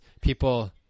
people